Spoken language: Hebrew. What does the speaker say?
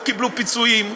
לא קיבלו פיצויים.